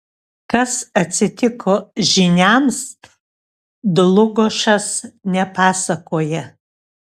kas atsitiko žyniams dlugošas nepasakoja